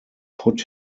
put